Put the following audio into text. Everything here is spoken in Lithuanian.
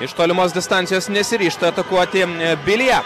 iš tolimos distancijos nesiryžta atakuoti vilija